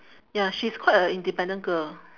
ya she's quite a independent girl